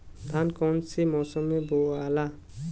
धान कौने मौसम मे बोआला?